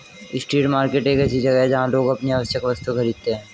street market एक ऐसी जगह है जहां लोग अपनी आवश्यक वस्तुएं खरीदते हैं